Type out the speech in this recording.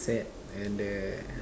sad and the